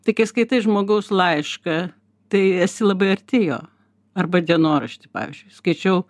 tai kai skaitai žmogaus laišką tai esi labai arti jo arba dienoraštį pavyzdžiui skaičiau